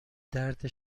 درد